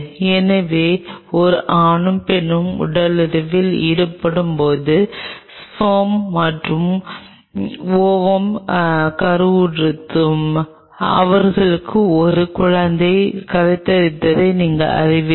எனவே ஒரு ஆணும் பெண்ணும் உடலுறவில் ஈடுபடும்போது ஸ்பெர்ம் மற்றும் ஓவும் கருவுற்றதும் அவர்களுக்கு ஒரு குழந்தை கருத்தரித்ததை நீங்கள் அறிவீர்கள்